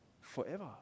forever